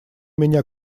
меня